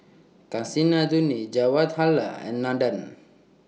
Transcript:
Kasinadhuni Jawaharlal and Nandan